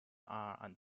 and